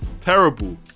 terrible